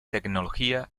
tecnología